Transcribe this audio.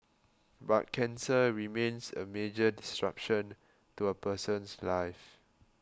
but cancer remains a major disruption to a person's life